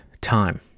time